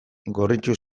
gorritu